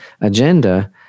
agenda –